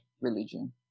religion